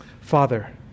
Father